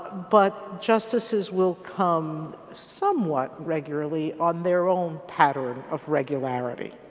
but justices will come somewhat regularly on their own pattern of regularity.